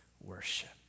worship